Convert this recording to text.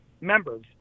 members